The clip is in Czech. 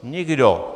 Nikdo.